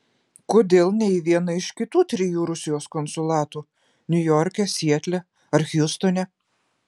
kodėl ne į vieną iš kitų trijų rusijos konsulatų niujorke sietle ar hjustone